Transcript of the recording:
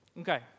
Okay